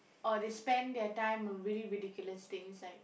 or they spend their time on really ridiculous things like